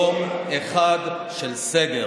אנחנו בולמים את הדלתא בלי יום אחד של סגר.